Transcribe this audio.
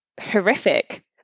horrific